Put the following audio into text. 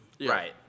Right